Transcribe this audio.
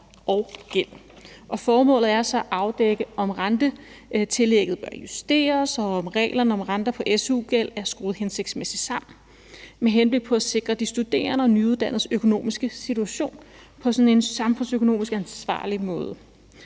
og -gæld. Formålet er så at afdække, om rentetillægget realiseres, og om reglerne om renter på su-gæld er skruet hensigtsmæssigt sammen, med henblik på at sikre de studerendes og nyuddannedes økonomiske situation på en samfundsøkonomisk ansvarlig måde.